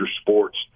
sports